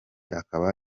akaba